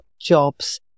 jobs